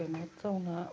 ꯀꯩꯅꯣ ꯇꯧꯅ